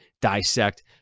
dissect